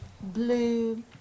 blue